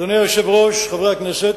אדוני היושב-ראש, חברי הכנסת,